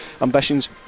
ambitions